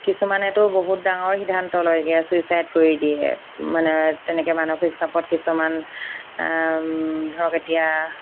কিছুমানেতো বহুত ডাঙৰ সিদ্ধান্ত লয়গৈ ছুইচাইড কৰি দিয়ে মানে তেনেকৈ মানসিক চাপত কিছুমান ধৰক এতিয়া